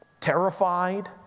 terrified